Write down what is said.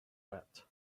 wept